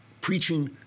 preaching